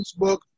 Facebook